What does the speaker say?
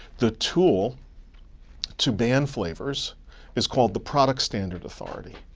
the tool to ban flavors is called the product standard authority.